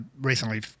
recently